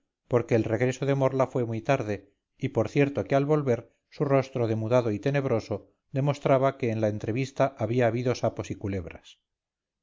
porque el regreso de morla fue muy tarde y por cierto que al volver su rostro demudado y tenebroso demostraba que en la entrevista había habido sapos y culebras